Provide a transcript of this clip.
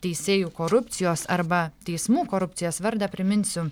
teisėjų korupcijos arba teismų korupcijos vardą priminsiu